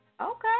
Okay